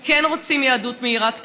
הם כן רוצים יהדות מאירת פנים,